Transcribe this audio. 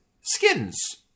skins